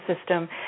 system